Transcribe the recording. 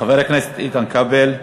חבר הכנסת איתן כבל,